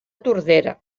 tordera